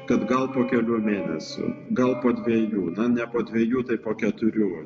kad gal po kelių mėnesių gal po dvejų na ne po dvejų tai po keturių